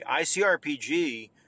ICRPG